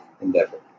endeavor